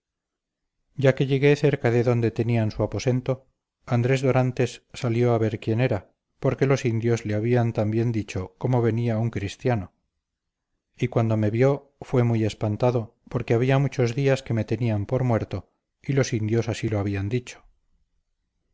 ya que llegué cerca de donde tenían su aposento andrés dorantes salió a ver quién era porque los indios le habían también dicho cómo venía un cristiano y cuando me vio fue muy espantado porque había muchos días que me tenían por muerto y los indios así lo habían dicho